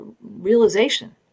realization